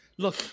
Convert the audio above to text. Look